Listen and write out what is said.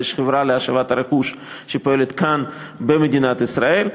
ויש חברה להשבת הרכוש שפועלת כאן במדינת ישראל.